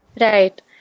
Right